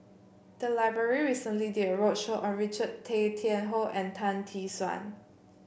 the library recently did a roadshow on Richard Tay Tian Hoe and Tan Tee Suan